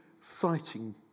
fighting